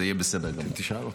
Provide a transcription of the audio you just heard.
זה יהיה בסדר גמור.